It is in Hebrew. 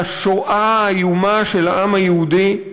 לשואה האיומה של העם היהודי.